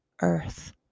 Earth